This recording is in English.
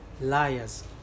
liars